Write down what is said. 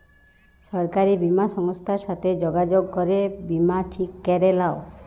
সরকারি বীমা সংস্থার সাথে যগাযগ করে বীমা ঠিক ক্যরে লাও